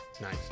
nice